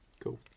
Cool